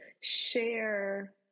share